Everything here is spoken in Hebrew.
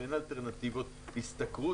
שאין אלטרנטיבות השתכרות,